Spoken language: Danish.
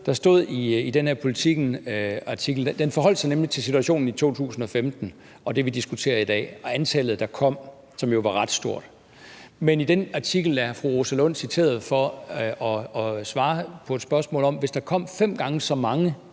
her artikel i Politiken. Den forholdt sig nemlig til situationen i 2015 og det, vi diskuterer i dag, og til antallet, der kom, som jo var ret stort. Men i den artikel er fru Rosa Lund citeret for at svare på et spørgsmål. Hvis der kom fem gange så mange